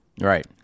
Right